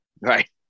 right